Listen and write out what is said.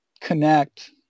connect